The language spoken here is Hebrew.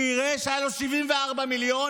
שיראה שהיו לו 74 מיליון,